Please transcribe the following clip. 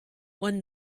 one